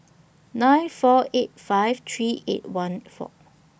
nine four eight five three eight one four